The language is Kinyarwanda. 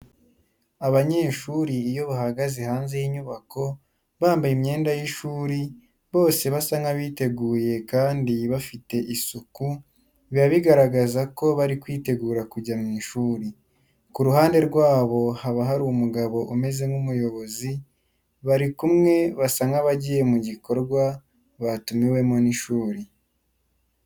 Abanyeshuri iyo bahagaze hanze y'inyubako bambaye imyenda y'ishuri , bose basa nkabiteguye kandi bafite isuku biba bigaragaza ko bari kwitegura kujya mu ishuri. Ku ruhande rwabo haba hari umugabo umeze nkumuyobozi bari kumwe basa nkabagiye mu gikorwa batumwemo nishuri .